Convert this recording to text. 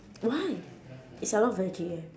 why is like a lot of veggie eh